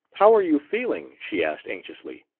how are you feeling? she asked anxiously.